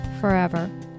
forever